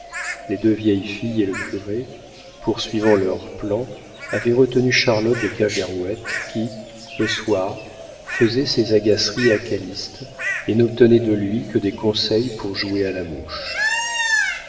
les deux vieilles filles et le curé poursuivant leur plan avaient retenu charlotte de kergarouët qui le soir faisait ses agaceries à calyste et n'obtenait de lui que des conseils pour jouer à la mouche